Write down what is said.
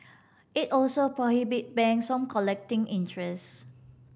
it also prohibit bank collecting interest